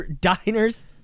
Diners